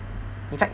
in fact